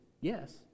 Yes